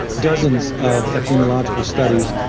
dozens of epidemiological studies.